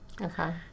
Okay